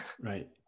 right